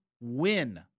win